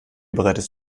bereitest